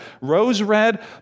rose-red